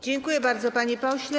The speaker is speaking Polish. Dziękuję bardzo, panie pośle.